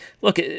look